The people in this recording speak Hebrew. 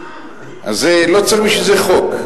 אז לא צריך בשביל זה חוק.